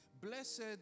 Blessed